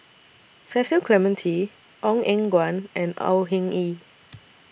Cecil Clementi Ong Eng Guan and Au Hing Yee